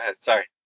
sorry